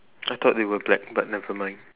I thought they were black but nevermind